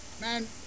man